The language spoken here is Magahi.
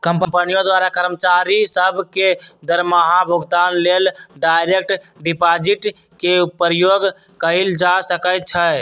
कंपनियों द्वारा कर्मचारि सभ के दरमाहा भुगतान लेल डायरेक्ट डिपाजिट के प्रयोग कएल जा सकै छै